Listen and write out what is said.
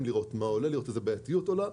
לראות איזו בעייתיות עולה.